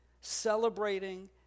celebrating